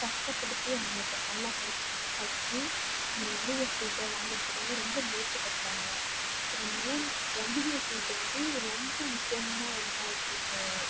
கஷ்டப்படுத்தி அவங்கள ப நல்லா படிச்சுக்கிட் படித்து இந்த எம்பிபிஎஸ் சீட்டை வாங்கிறதுக்காக ரொம்ப முயற்சி பண்ணுறாங்க இதனால் எம்பிபிஎஸ் சீட்டை வந்து ரொம்ப முக்கியமான ஒன்றாக இருக்குது இந்த